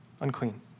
unclean